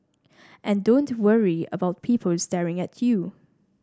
and don't worry about people staring at you